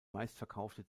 meistverkaufte